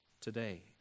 today